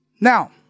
Now